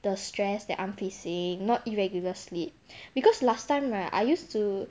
the stress that I am facing not irregular sleep because last time right I used to